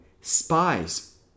spies